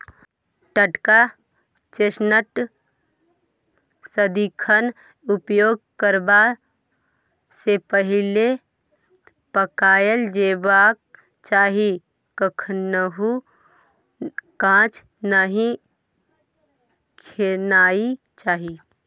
टटका चेस्टनट सदिखन उपयोग करबा सँ पहिले पकाएल जेबाक चाही कखनहुँ कांच नहि खेनाइ चाही